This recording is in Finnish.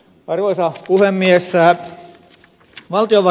arvoisa puhemies